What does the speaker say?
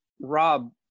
Rob